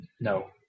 No